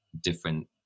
different